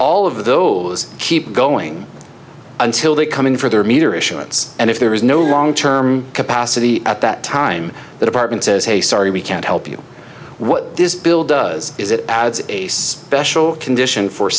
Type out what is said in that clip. all of those keep going until they come in for their meter issuance and if there is no long term capacity at that time the department says hey sorry we can't help you what this bill does is it adds ace special condition for